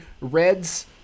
reds